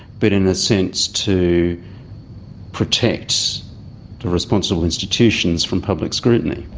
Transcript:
but in a sense to protect the responsible institutions from public scrutiny?